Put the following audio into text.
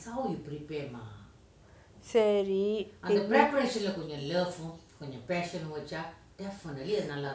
ceri:சரி